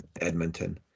Edmonton